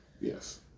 Yes